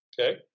Okay